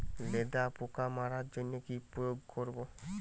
লেদা পোকা মারার জন্য কি প্রয়োগ করব?